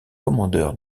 commandeur